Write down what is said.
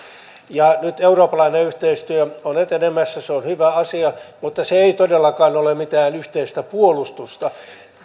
ja nyt eurooppalainen yhteistyö on etenemässä se on hyvä asia mutta se ei todellakaan ole mitään yhteistä puolustusta